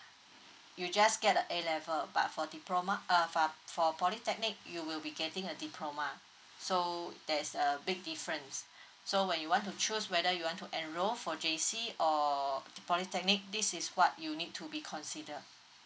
you just get a A level but for diploma uh but for polytechnic you will be getting a diploma so there's a big difference so when you want to choose whether you want to enroll for J_C or polytechnic this is what you'll need to be consider